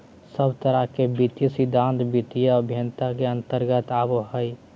सब तरह के वित्तीय सिद्धान्त वित्तीय अभयन्ता के अन्तर्गत आवो हय